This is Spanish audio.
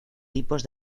tipos